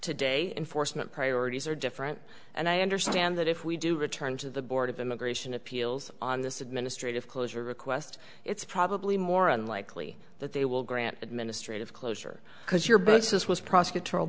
today unfortunate priorities are different and i understand that if we do return to the board of immigration appeals on this administrative closure request it's probably more unlikely that they will grant administrative closure because you're both this was pros